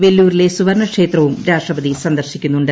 വെല്ലൂരിലെ സുവർണ്ണ ക്ഷേത്രവും രാഷ്ട്രപതി സന്ദർശിക്കുന്നുണ്ട്